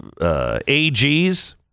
AGs